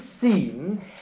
seen